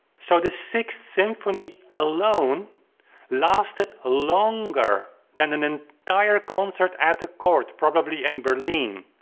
so the sixth symphony alone lasted ah longer than an entire concert at the court probably in berlin.